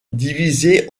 divisée